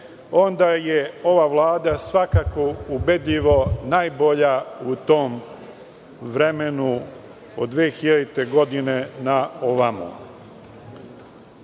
onda je ova vlada svakako ubedljivo najbolja u tom vremenu od 2000. godine na ovamo. Valja